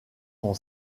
son